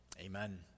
Amen